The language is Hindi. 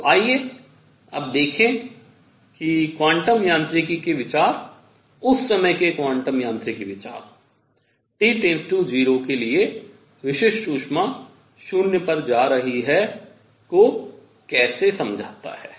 तो आइए अब देखें कि क्वांटम यांत्रिकी के विचार उस समय के क्वांटम यांत्रिकी विचार T → 0 के लिए विशिष्ट ऊष्मा शून्य पर जा रही है को कैसे समझाता है